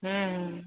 ᱦᱮᱸ ᱦᱮᱸ